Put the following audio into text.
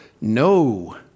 No